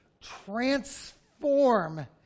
transform